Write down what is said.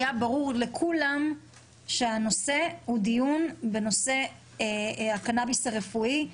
היה ברור לכולם שהנושא הוא דיון בנושא הקנאביס הרפואי.